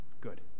good